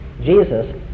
Jesus